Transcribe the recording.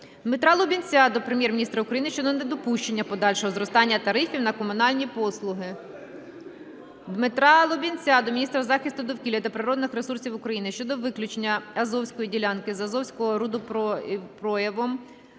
Дмитра Лубінця до Прем'єр-міністра України щодо недопущення подальшого зростання тарифів на комунальні послуги. Дмитра Лубінця до міністра захисту довкілля та природних ресурсів України щодо виключення Азовської ділянки з Азовським рудопроявом,